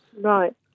Right